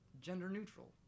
gender-neutral